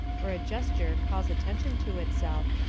or a gesture calls attention to itself,